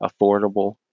affordable